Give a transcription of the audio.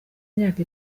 imyaka